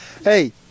Hey